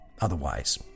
Otherwise